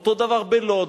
אותו דבר בלוד,